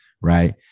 Right